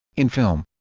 in film